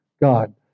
God